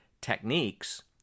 techniques